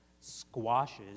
squashes